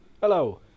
Hello